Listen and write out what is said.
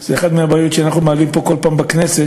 זו אחת הבעיות שאנחנו מעלים פה כל פעם בכנסת,